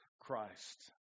Christ